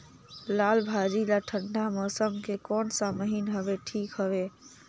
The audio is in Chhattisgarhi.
लालभाजी ला ठंडा मौसम के कोन सा महीन हवे ठीक हवे?